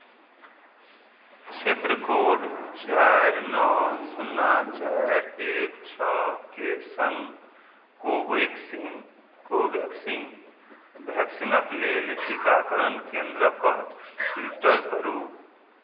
क्षेत्र कोड चारि नओ शुन्ना चारि एक छओके सङ्ग कोवेक्सिन कोवेक्सिन भेक्सीनक लेल टीकाकरण केन्द्रकेँ फ़िल्टर करू